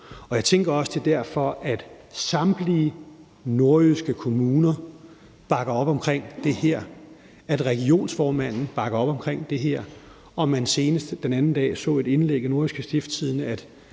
det er derfor, at samtlige nordjyske kommuner bakker op omkring det her, og at regionsrådsformanden bakker op omkring det her, og at man senest den anden dag så et indlæg i Nordjyske Stiftstidende,